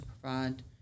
provide